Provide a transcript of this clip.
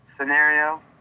Scenario